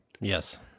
yes